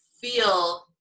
feel